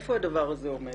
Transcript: היכן הדבר הזה עומד?